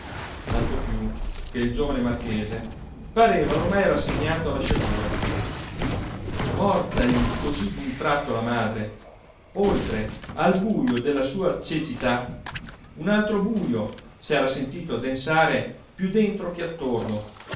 tanto più che il giovane marchese pareva ormai rassegnato alla sciagura mortagli così d'un tratto la madre oltre al bujo della sua cecità un altro bujo s'era sentito addensare più dentro che attorno